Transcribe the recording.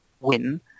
win